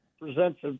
presents